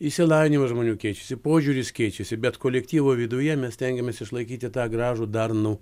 išsilavinimas žmonių keičiasi požiūris keičiasi bet kolektyvo viduje mes stengiamės išlaikyti tą gražų darnų